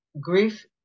grief